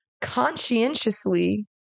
conscientiously